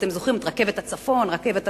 אתם זוכרים את רכבת הצפון, רכבת הדרום?